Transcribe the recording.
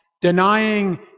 denying